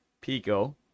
pico